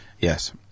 Yes